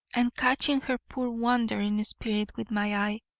and catching her poor wandering spirit with my eye,